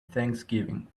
thanksgiving